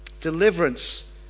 Deliverance